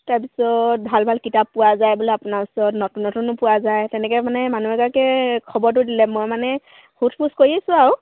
তাৰ পিছত ভাল ভাল কিতাপ পোৱা যায় বোলে আপোনাৰ ওচৰত নতুন নতুনো পোৱা যায় তেনেকৈ মানে মানুহ এগৰাকীয়ে খবৰটো দিলে মই মানে সোধ পোছ কৰি আছো আৰু